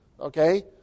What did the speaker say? okay